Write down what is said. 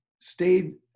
stayed